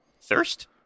thirst